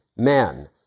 Men